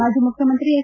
ಮಾಜಿ ಮುಖ್ಯಮಂತ್ರಿ ಎಸ್